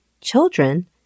Children